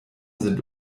sind